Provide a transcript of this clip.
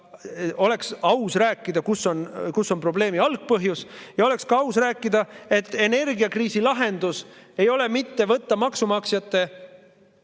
oleks aus rääkida, kus on probleemi algpõhjus, ja oleks ka aus rääkida, et energiakriisi lahendus ei ole mitte võtta maksumaksjate